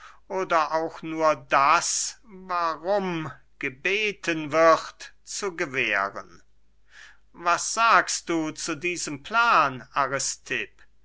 oder auch nur das warum gebeten wird zu gewähren was sagst du zu diesem plan